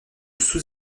sous